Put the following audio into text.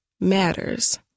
matters